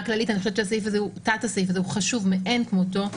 הערה כללית: תת הסעיף הזה הוא חשוב מאין כמותו.